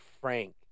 frank